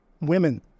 Women